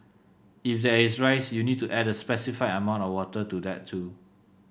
if there is rice you'll need to add a specified amount of water to that too